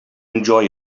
enjoy